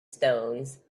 stones